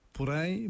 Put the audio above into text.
Porém